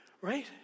Right